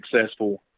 successful